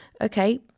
okay